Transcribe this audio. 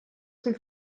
zum